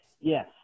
Yes